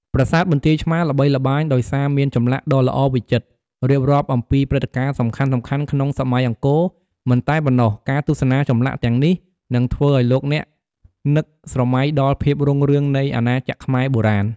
ប្រាសាទបន្ទាយឆ្មារល្បីល្បាញដោយសារមានចម្លាក់ដ៏ល្អវិចិត្រ រៀបរាប់អំពីព្រឹត្តិការណ៍សំខាន់ៗក្នុងសម័យអង្គរ មិនតែប៉ុណ្ណោះការទស្សនាចម្លាក់ទាំងនេះនឹងធ្វើឱ្យលោកអ្នកនឹកស្រមៃដល់ភាពរុងរឿងនៃអាណាចក្រខ្មែរបុរាណ។